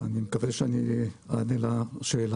אני מקווה שאני אענה לשאלות.